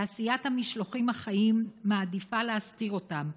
תעשיית המשלוחים החיים מעדיפה להסתיר אותם,